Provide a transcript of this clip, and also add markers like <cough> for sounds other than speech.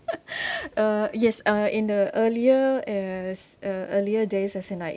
<breath> uh yes uh in the earlier as uh earlier days as in like